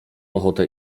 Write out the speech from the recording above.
ochotę